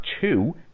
two